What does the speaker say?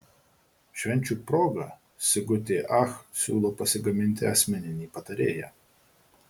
švenčių proga sigutė ach siūlo pasigaminti asmeninį patarėją